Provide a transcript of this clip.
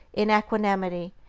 in equanimity,